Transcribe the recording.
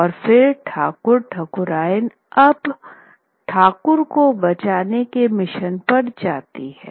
और फिर ठाकुर ठाकुरयान अब ठाकुर को बचाने के मिशन पर जाती है